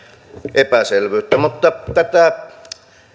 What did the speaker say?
epäselvyyttä mutta tätä